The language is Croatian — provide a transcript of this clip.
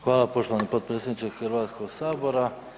Hvala poštovani potpredsjedniče Hrvatskog sabora.